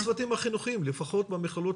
לגבי הצוותים החינוכיים לפחות במכללות